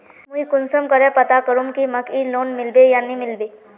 मुई कुंसम करे पता करूम की मकईर लोन मिलबे या नी मिलबे?